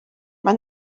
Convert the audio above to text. maen